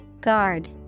Guard